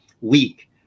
weak